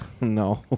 no